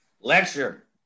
Lecture